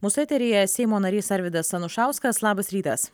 mūsų eteryje seimo narys arvydas anušauskas labas rytas